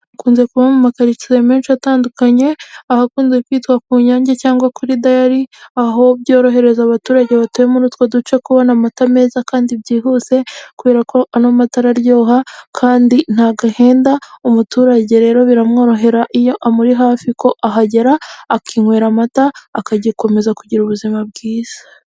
Akunze kuba mu makaritsiye menshi atandukanye, ahakunze kwitwa ku nyange cyangwa kuri dayari aho byorohereza abaturage batuye muri utwo duce kubona amata meza kandi byihuse, kubera ko anomata araryoha kandi nta gahenda, umuturage rero biramworohera iyo amuri hafi kuko arahagera akinywera amata, akakomeza kugira ubuzima bwiza.